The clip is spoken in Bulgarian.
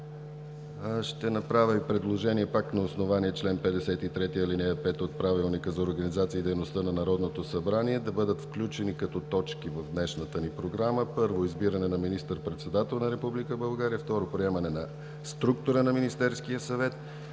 ще направя предложение, пак на основание чл. 53, ал. 5 от Правилника за организацията и дейността на Народното събрание, да бъдат включени като точки в днешната ни Програма: 1. Избиране на министър-председател на Република България. 2. Приемане на структура на Министерския съвет.